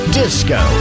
disco